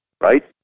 right